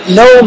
no